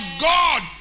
God